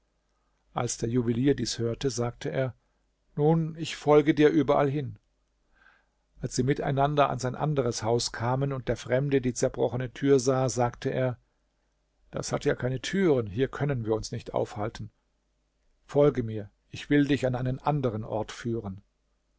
als der juwelier dies hörte sagte er nun ich folge dir überall hin als sie miteinander an sein anderes haus kamen und der fremde die zerbrochene tür sah sagte er das hat ja keine türen hier können wir uns nicht aufhalten folge mir ich will dich an einen anderen ort führen